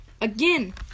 again